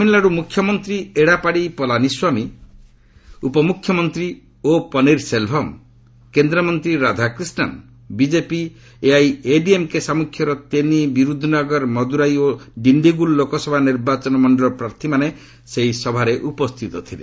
ତାମିଲ୍ନାଡୁ ମୁକ୍ୟମନ୍ତ୍ରୀ ଏଡ଼ାପାଡ଼ି ପଲାନୀସ୍ୱାମୀ ଉପମୁଖ୍ୟମନ୍ତୀ ଓ ପନିର୍ ସେଲ୍ଭମ୍ କେନ୍ଦ୍ରମନ୍ତ୍ରୀ ରାଧାକ୍ରିଷ୍ଣନ୍ ବିକେପି ଏଆଇଏଡିଏମ୍କେ ସାମ୍ମୁଖ୍ୟର ଡେନି ବିରୁଦୁନଗର ମଦୁରାଇ ଓ ଡିଣ୍ଟୁଗୁଲ୍ ଲୋକସଭା ନିର୍ବାଚନ ମଣ୍ଡଳୀର ପ୍ରାର୍ଥୀମାନେ ଉପସ୍ଥିତ ଥିଲେ